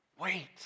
Wait